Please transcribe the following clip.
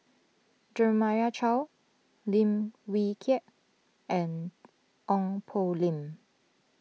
Jeremiah Choy Lim Wee Kiak and Ong Poh Lim